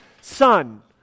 son